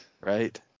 Right